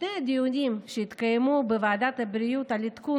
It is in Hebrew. בשני הדיונים שהתקיימו בוועדת הבריאות על עדכון